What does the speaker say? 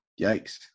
Yikes